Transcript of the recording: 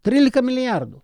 trylika milijardų